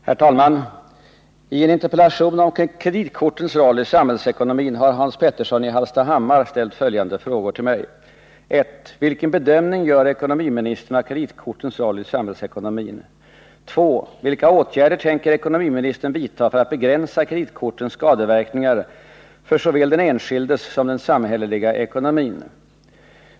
Herr talman! I en interpellation om kreditkortens roll i samhällsekonomin har Hans Petersson i Hallstahammar ställt följande frågor till mig: 1. Vilken bedömning gör ekonomiministern av kreditkortens roll i samhällsekonomin?